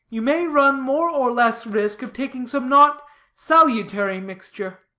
you may run more or less risk of taking some not salutary mixture.